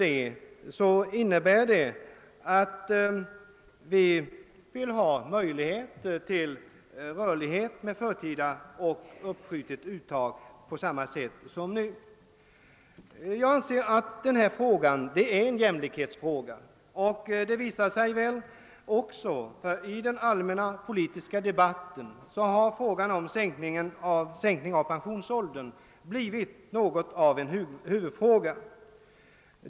Detta innebär att vi vill ha möjlighet till rörlighet med förtida och uppskjutet uttag på samma sätt som nu. Jag anser att detta är en jämlikhetsfråga. I den allmänna politiska debatten har frågan om en sänkning av pensionsåldern blivit något av en huvudfråga.